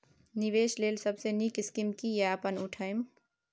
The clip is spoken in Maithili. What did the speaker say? निवेश लेल सबसे नींक स्कीम की या अपन उठैम?